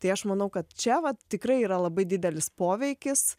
tai aš manau kad čia vat tikrai yra labai didelis poveikis